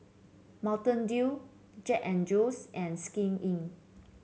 Mountain Dew Jack And Jones and Skin Inc